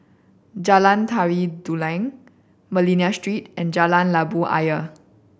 Jalan Tari Dulang Manila Street and Jalan Labu Ayer